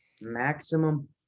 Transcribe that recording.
maximum